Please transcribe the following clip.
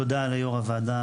תודה ליו"ר הוועדה,